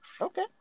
Okay